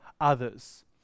others